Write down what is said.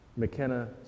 McKenna